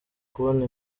kubona